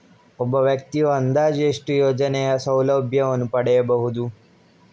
ಒಬ್ಬ ವ್ಯಕ್ತಿಯು ಅಂದಾಜು ಎಷ್ಟು ಯೋಜನೆಯ ಸೌಲಭ್ಯವನ್ನು ಪಡೆಯಬಹುದು?